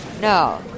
No